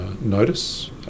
notice